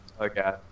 Okay